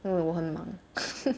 因为我很忙